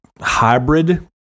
hybrid